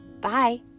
Bye